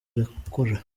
irakora